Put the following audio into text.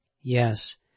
Yes